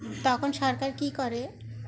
তখন সরকার কী করে